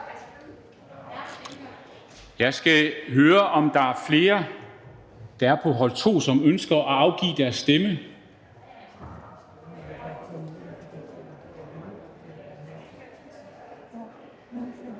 Jeg skal høre, om der er flere, som er på hold 2, som ønsker at afgive deres stemme?